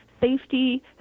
safety